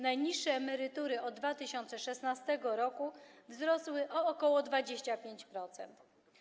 Najniższe emerytury od 2016 r. wzrosły o ok. 25%.